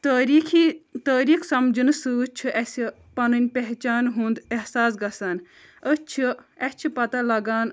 تٲریٖخی تٲریٖخ سَمجٕنہٕ سۭتۍ چھُِ اَسہِ پَنٕنۍ پہچان ہُنٛد احساس گژھان أسۍ چھِ اَسہِ چھِ پَتہ لَگان